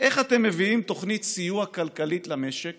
איך אתם מביאים תוכנית סיוע כלכלית למשק